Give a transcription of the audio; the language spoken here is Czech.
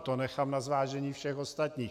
To nechám na zvážení všech ostatních.